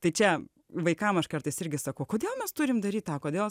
tai čia vaikam aš kartais irgi sakau kodėl mes turim daryt tą kodėl